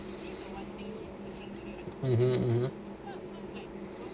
(uh huh)